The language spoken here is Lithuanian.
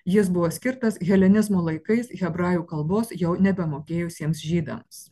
jis buvo skirtas helenizmo laikais hebrajų kalbos jau nebe mokėjusiems žydams